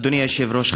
אדוני היושב-ראש,